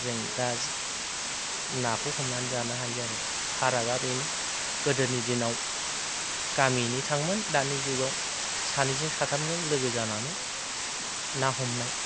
जों दा नाखौ हमनानै जानो हायो आरो फारागा बेनो गोदोनि दिनाव गामियैनो थांङोमोन दानि जुगाव सानैजों साथामजों लोगो जानानै ना हमनाय